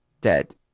dead